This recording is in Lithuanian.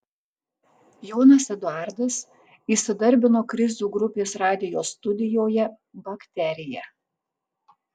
jonas eduardas įsidarbino krizių grupės radijo studijoje bakterija